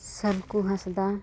ᱥᱟᱞᱠᱩ ᱦᱟᱸᱥᱫᱟ